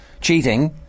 cheating